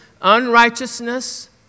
unrighteousness